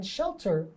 Shelter